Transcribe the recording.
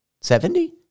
Seventy